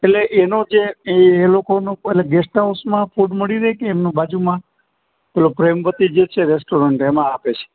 એટલે એનો જે એ લોકોનું એટલે ગેસ્ટ હાઉસમાં ફૂડ મળી રેકે એમનું બાજુમાં પેલો પ્રેમવતી જે રેસ્ટોરન્ટ કે એમાં આપે સે